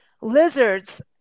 lizards